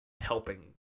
helping